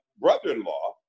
brother-in-law